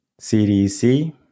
CDC